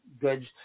goods